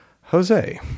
Jose